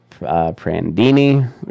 Prandini